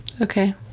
Okay